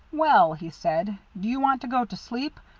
well, he said, do you want to go to sleep,